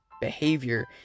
behavior